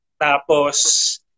Tapos